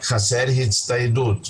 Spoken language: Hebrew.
אנחנו ממש מבקשים ממך לעצור דקה,